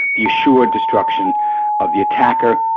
the assured destruction of the attacker,